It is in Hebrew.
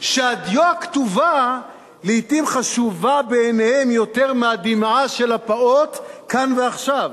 שהדיו הכתובה לעתים חשובה בעיניהם יותר מהדמעה של הפעוט כאן ועכשיו,